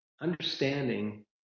understanding